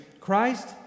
Christ